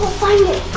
find it.